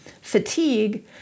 fatigue